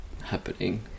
happening